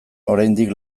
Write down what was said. oraindik